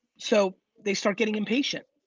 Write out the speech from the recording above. so they start getting impatient,